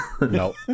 Nope